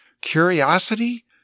curiosity